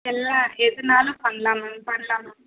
எல்லாம் எதுனாலும் பண்ணலாம் மேம் பண்ணலாம் மேம்